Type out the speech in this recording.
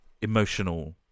emotional